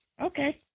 Okay